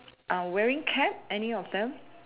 um wearing cap any of them